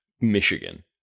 Michigan